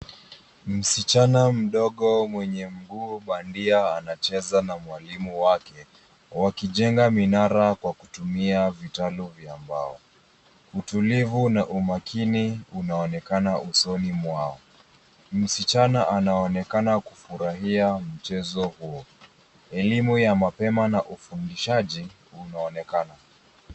Msichana mdogo mwenye mguu bandia anacheza na mwalimu wake wakijenga minara kwa kutumia vitalu vya mbao. Utulivu na umakini unaonekana usoni mwao. Msichana anaonekana kufurahia mchezo huo. Elimu ya mapema na ufundishaji unaonekana.